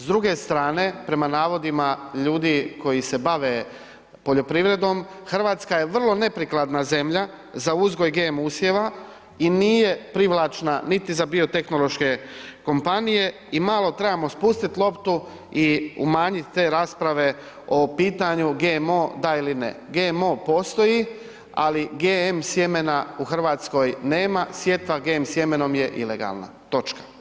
S druge strane prema navodima ljudi koji se bave poljoprivrednom, Hrvatska je vrlo neprikladna zemlja za uzgoj GM usjeva i nije privlačna niti za biotehnološke kompanije i malo trebamo spustit loptu i umanjit te rasprave o pitanju GMO da ili ne, GMO postoji, ali GM sjemena u Hrvatskoj nema, sjetva GM sjemenom je ilegalna, točka.